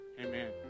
Amen